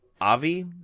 Avi